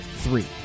three